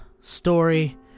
story